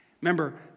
Remember